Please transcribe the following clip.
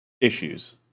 Issues